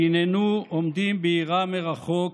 והיננו עומדים ביראה מרחוק